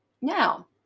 Now